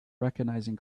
recognizing